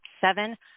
seven